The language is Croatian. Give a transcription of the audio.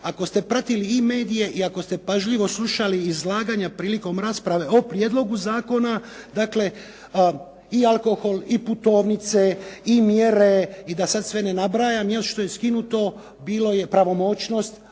ako ste pratili i medije i ako ste pažljivo slušali izlaganja prilikom rasprave o prijedlogu zakona, dakle i alkohol i putovnice i mjere i da sad sve ne nabrajam, još što je skinuto bilo je pravomoćnost,